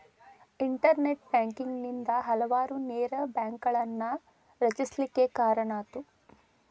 internet banking ನಿಂದಾ ಹಲವಾರು ನೇರ ಬ್ಯಾಂಕ್ಗಳನ್ನ ರಚಿಸ್ಲಿಕ್ಕೆ ಕಾರಣಾತು